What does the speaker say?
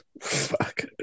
Fuck